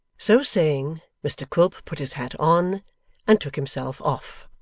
so saying, mr quilp put his hat on and took himself off,